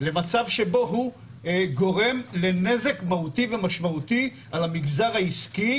למצב שבו הוא גורם לנזק מהותי ומשמעותי על המגזר העסקי,